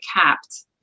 capped